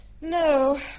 No